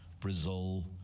Brazil